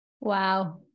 Wow